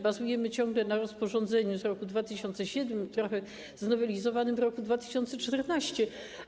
Bazujemy ciągle na rozporządzeniu z roku 2007, trochę znowelizowanym w roku 2014.